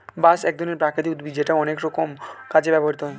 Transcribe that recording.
বাঁশ এক ধরনের প্রাকৃতিক উদ্ভিদ যেটা অনেক রকম কাজে ব্যবহৃত হয়